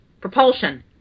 Propulsion